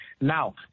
now